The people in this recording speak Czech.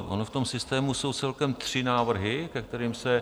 Ono v tom systému jsou celkem tři návrhy, ke kterým se...